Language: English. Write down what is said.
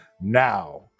now